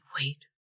wait